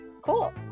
Cool